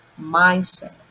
mindset